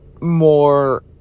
more